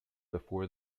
before